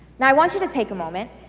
and i want you to take a moment